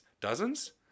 Dozens